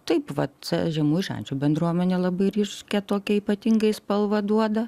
taip vat žemųjų šančių bendruomenė labai ryškią tokią ypatingą spalvą duoda